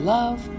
Love